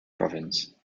province